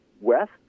west